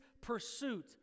pursuit